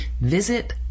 Visit